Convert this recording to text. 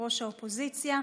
יושב-ראש האופוזיציה.